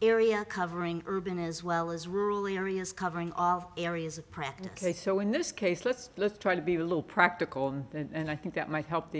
area covering urban as well as rural areas covering all areas of pregnancy so in this case let's let's try to be a little practical and i think that might help the